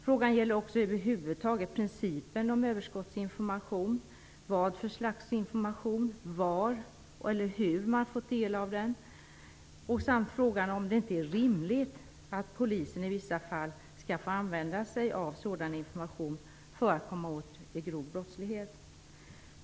Frågan gäller också principen om överskottsinformation över huvud taget: vad för slags information, var eller hur man har fått del av den samt frågan om det inte är rimligt att polisen i vissa fall skall få använda sig av sådan information för att komma åt grov brottslighet.